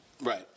Right